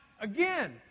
again